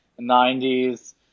90s